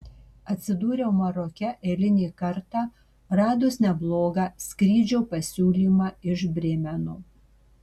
atsidūriau maroke eilinį kartą radus neblogą skrydžio pasiūlymą iš brėmeno